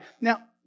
now